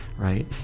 right